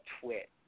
twit